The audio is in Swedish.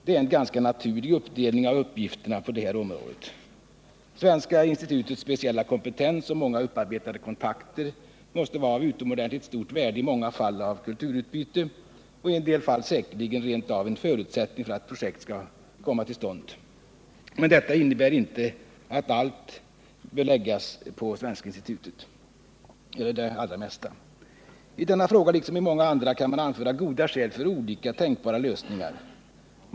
Det är en ganska naturlig uppdelning av uppgifterna på det här området. Svenska institutets speciella kompetens och många upparbetade kontakter måste vara av utomordentligt stort värde i många fall av kulturutbyte och i en del fall säkerligen rent av en förutsättning för att ett projekt över huvud taget skall komma till stånd. Men detta innebär inte att allt eller det allra mesta bör läggas på Svenska institutet. I denna fråga liksom i många andra kan man anföra goda skäl för olika tänkbara lösningar.